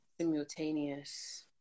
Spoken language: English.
simultaneous